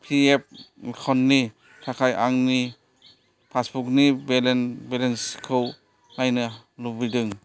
P app एकाउन्टनि थाखाय आंनि पासबुकनि बेलेनसखौ नाइनो लुबैदों